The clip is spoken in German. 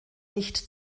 nicht